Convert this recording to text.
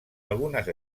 algunes